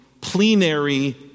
plenary